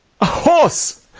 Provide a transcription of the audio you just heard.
a horse!